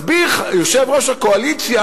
מסביר יושב-ראש הקואליציה,